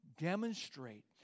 demonstrate